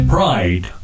Pride